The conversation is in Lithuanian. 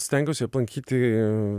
stengiuosi aplankyti